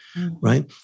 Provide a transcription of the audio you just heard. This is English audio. right